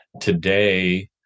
today